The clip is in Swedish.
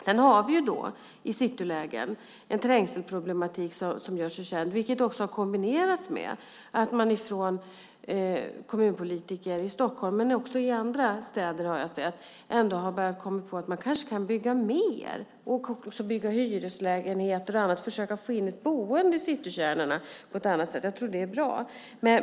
Vi har i citylägen en trängselproblematik som gör sig känd, vilket har kombinerats med att kommunpolitiker i Stockholm - också i andra städer har jag sett - har kommit på att man kan bygga mer, också hyreslägenheter, och försöka få in ett boende i citykärnorna på ett annat sätt. Jag tror att det är bra.